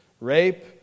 rape